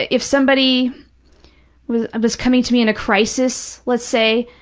if somebody was was coming to me in a crisis, let's say,